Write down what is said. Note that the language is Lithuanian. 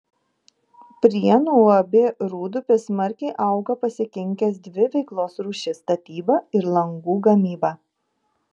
prienų uab rūdupis smarkiai auga pasikinkęs dvi veiklos rūšis statybą ir langų gamybą